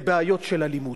את עצמה,